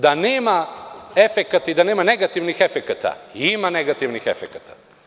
Da nema efekat i da nema negativnih efekata, ima negativnih efekata.